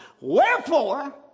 Wherefore